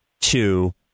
two